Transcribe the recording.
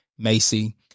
Macy